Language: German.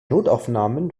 notaufnahmen